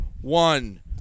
one